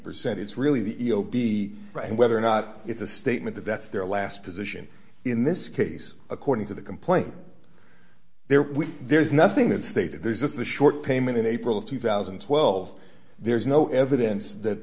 percent it's really the e o p right and whether or not it's a statement that that's their last position in this case according to the complaint there there is nothing that stated there's just a short payment in april of two thousand and twelve there's no evidence that